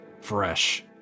fresh